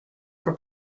for